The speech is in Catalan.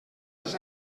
les